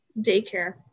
Daycare